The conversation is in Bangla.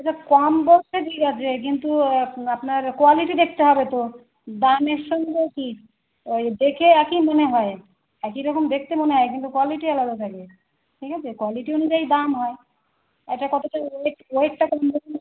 এটা কম বলতে ঠিক আছে কিন্তু আপনার কোয়ালিটি দেখতে হবে তো মানের সঙ্গে কী ওই দেখে একই মনে হয় একই রকম দেখতে মনে হয় কিন্তু কোয়ালিটি আলাদা থাকে ঠিক আছে কোয়ালিটি অনুযায়ী দাম হয় এটা কতটা ওয়েট ওয়েটটা কম থাকলে